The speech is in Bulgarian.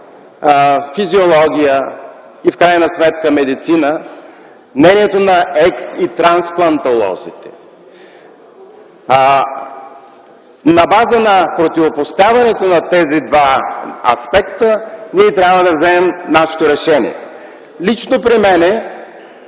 физиология и в крайна сметка медицина, мнението на екс- и трансплантолозите. На база на противопоставянето на тези два аспекта, ние трябва да вземем нашето решение. Лично при мен